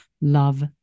love